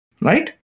Right